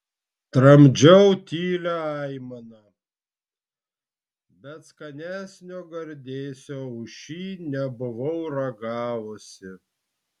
tramdžiau tylią aimaną bet skanesnio gardėsio už šį nebuvau ragavusi